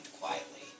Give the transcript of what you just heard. quietly